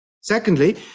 Secondly